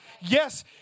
yes